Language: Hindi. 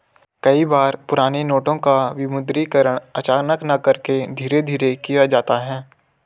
कई बार पुराने नोटों का विमुद्रीकरण अचानक न करके धीरे धीरे किया जाता है